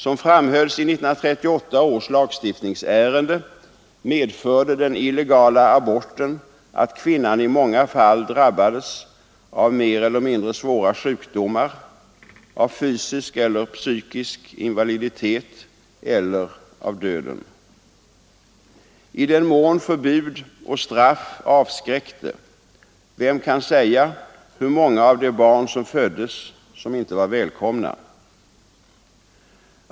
Som framhölls i 1938 års lagstiftningsärende med förde den illegala aborten att kvinnan i många fall drabbades av mer eller mindre svåra sjukdomar, av fysisk eller psykisk invaliditet eller av döden. I den mån förbud och straff avskräckte — vem kan säga hur många av de barn som föddes som inte var välkomna?